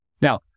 Now